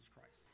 Christ